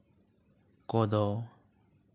ᱠᱚᱫᱚ